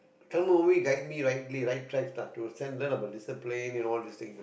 Tamil movie guide me rightly right tracks lah to send learn about discipline and all these things